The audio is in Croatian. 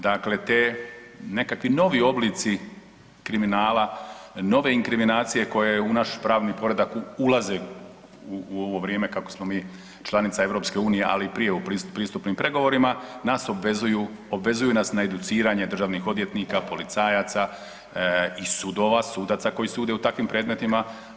Dakle, ti nekakvi novi oblici kriminala, nove inkriminacije koje u naš pravni poredak ulaze u ovo vrijeme kako smo mi članica EU ali i prije u pristupnim pregovorima nas obvezuju, obvezuju nas na educiranje državnih odvjetnika, policajaca i sudova, sudaca koji sude u takvim predmetima.